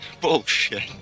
Bullshit